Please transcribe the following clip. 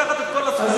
לא לקחת את כל הזכויות.